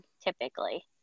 typically